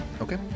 okay